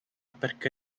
perché